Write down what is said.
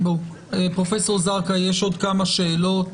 פרופסור זרקא, יש עוד כמה שאלות